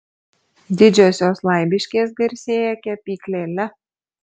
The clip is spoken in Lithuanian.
didžiosios laibiškės garsėja kepyklėle